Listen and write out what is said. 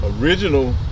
original